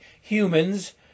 Humans